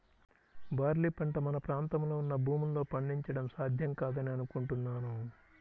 barley పంట మన ప్రాంతంలో ఉన్న భూముల్లో పండించడం సాధ్యం కాదని అనుకుంటున్నాను